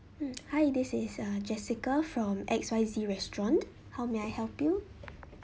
mm hi this is uh jessica from X Y Z restaurant how may I help you